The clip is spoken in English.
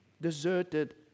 deserted